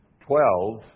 twelve